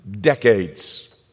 decades